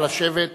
נא לשבת.